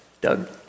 Doug